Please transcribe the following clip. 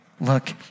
Look